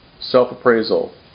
self-appraisal